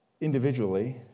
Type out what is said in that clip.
Individually